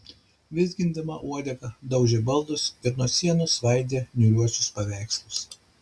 vizgindama uodegą daužė baldus ir nuo sienų svaidė niūriuosius paveikslus